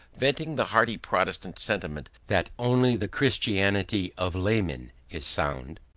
venting the hearty protestant sentiment that only the christianity of laymen is sound,